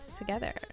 together